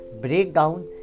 Breakdown